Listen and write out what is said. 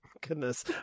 Goodness